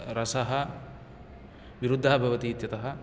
रसः विरुद्धः भवति इत्यतः